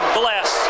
bless